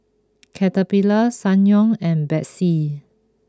Caterpillar Ssangyong and Betsy